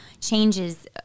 changes